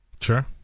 sure